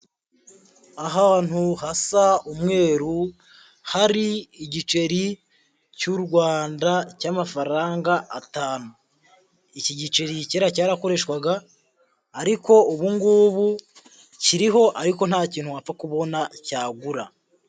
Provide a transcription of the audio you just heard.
Ahantu hasa umweru, hari igiceri cy'u Rwanda cy'amafaranga atanu. Iki giceri kera cyarakoreshwaga, ariko ubu ngubu kiriho, ariko nta kintu wapfa kubona cyagura.